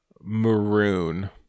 maroon